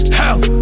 hell